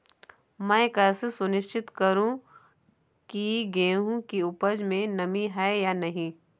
मैं कैसे सुनिश्चित करूँ की गेहूँ की उपज में नमी है या नहीं?